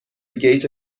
گیت